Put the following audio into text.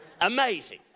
Amazing